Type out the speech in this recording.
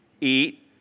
eat